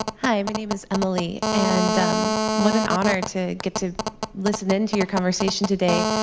hi. my name is emily, and um what an honor to get to listen in to your conversation today.